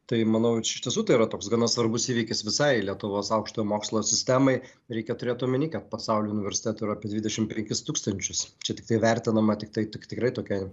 tai manau čia iš tiesų tėra toks gana svarbus įvykis visai lietuvos aukštojo mokslo sistemai reikia turėt omeny kad pasauly universitetų yra apie dvidešimt penkis tūkstančius čia tiktai vertinama tiktai tik tikrai tokia